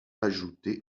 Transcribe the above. ajouter